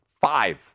five